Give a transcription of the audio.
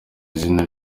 izina